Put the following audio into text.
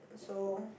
so